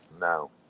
no